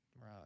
Right